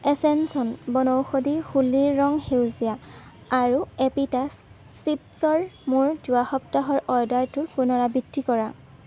এচেঞ্চন বনৌঔষধি হোলীৰ ৰং সেউজীয়া আৰু এপিটাছ চিপ্ছৰ মোৰ যোৱা সপ্তাহৰ অৰ্ডাৰটোৰ পুনৰাবৃত্তি কৰা